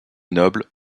noble